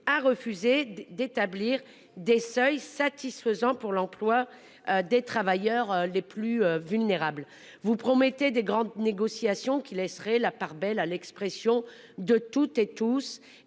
à refuser d'établir des seuils satisfaisant pour l'emploi. Des travailleurs les plus vulnérables, vous promettez des grandes négociations qui laisserait la part belle à l'expression de toutes et tous et